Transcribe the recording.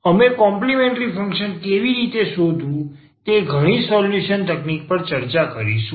અમે complementary function કેવી રીતે શોધવું તે ઘણી સોલ્યુશન તકનીકો પર ચર્ચા કરીશું